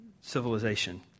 civilization